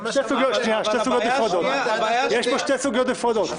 אלה שתי סוגיות נפרדות.